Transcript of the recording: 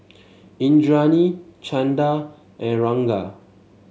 Indranee Chanda and Ranga